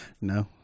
No